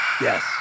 Yes